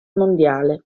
mondiale